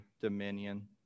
dominion